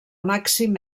màxim